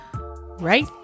Right